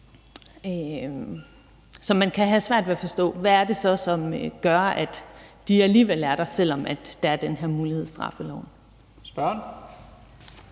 som man kan have svært ved at forstå. Hvad er det så, som gør, at de alligevel er der, selv om der er den her mulighed i straffeloven?